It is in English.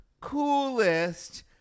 coolest